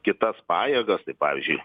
kitas pajėgas tai pavyzdžiui